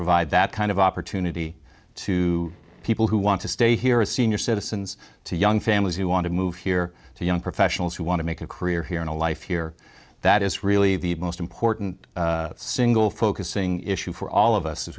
provide that kind of opportunity to people who want to stay here a senior citizens to young families who want to move here to young professionals who want to make a career here and a life here that is really the most important single focusing issue for all of us as